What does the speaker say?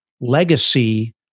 legacy